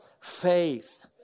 faith